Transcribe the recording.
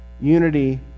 unity